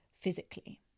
physically